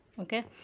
Okay